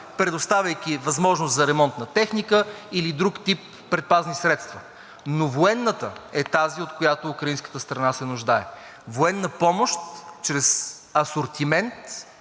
предоставяйки възможност за ремонт на техника или друг тип предпазни средства. Но военната е тази, от която украинската страна се нуждае – военна помощ чрез асортимент